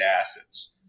assets